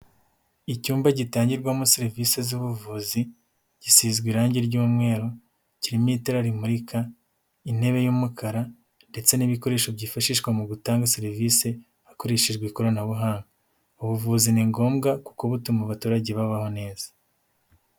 Icyumba gitangirwamo serivisi z'ubuvuzi gisizwe irangi ry'umweru, kirimo itara rimurika, intebe y'umukara ndetse n'ibikoresho byifashishwa mu gutanga serivisi hakoreshejwe ikoranabuhanga, ubuvuzi ni ngombwa kuko butuma abaturage babaho neza.